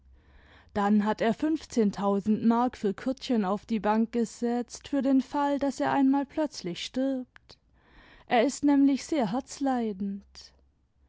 daim hat er fünfzehntausend mark für kurtchen auf die bank gesetzt für den fall daß er einmal plötzlich stirbt er ist nämlich sehr herzleidend